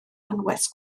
anwes